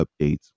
updates